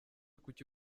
kuki